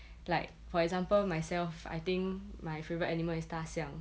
like for example myself I think my favourite animal is 大象